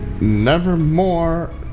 Nevermore